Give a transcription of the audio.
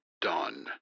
done